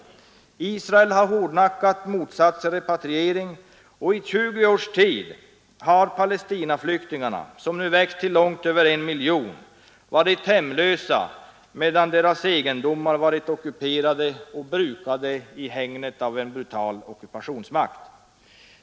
Israel har hårdnackat motsatt sig repatriering, och i 20 års tid har Palestinaflyktingarna — som nu växt till långt över 1 miljon — varit hemlösa, medan deras egendomar varit ockuperade och brukade i hägnet av en brutal ockupationsmakt.